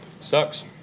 Sucks